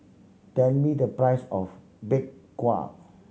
tell me the price of Bak Kwa